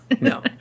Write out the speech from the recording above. no